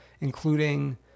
including